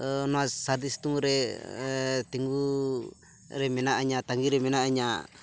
ᱱᱚᱣᱟ ᱥᱟᱹᱨᱫᱤ ᱥᱤᱛᱩᱝᱨᱮ ᱛᱤᱸᱜᱩᱨᱮ ᱢᱮᱱᱟᱧᱟ ᱛᱟᱸᱜᱤᱨᱮ ᱢᱮᱱᱟᱧᱟ